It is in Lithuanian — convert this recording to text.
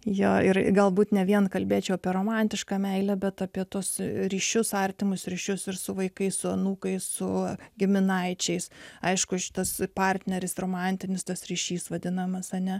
jo ir galbūt ne vien kalbėčiau apie romantišką meilę bet apie tuos ryšius artimus ryšius ir su vaikai su anūkais su giminaičiais aišku šitas partneris romantinis tas ryšys vadinamas ane